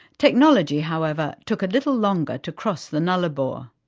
technology, however, took a little longer to cross the nullarbor.